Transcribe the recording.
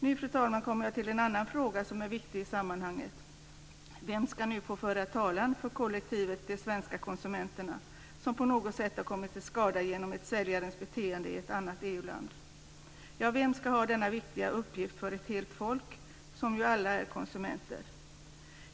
Nu, fru talman, kommer jag till en annan fråga som är viktig i sammanhanget: Vem ska nu få föra talan för kollektivet de svenska konsumenterna som på något sätt har kommit till skada genom ett säljarens beteende i ett annat EU-land? Ja, vem ska ha denna viktiga uppgift för ett helt folk, som ju alla är konsumenter?